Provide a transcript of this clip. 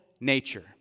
nature